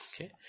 Okay